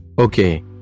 Okay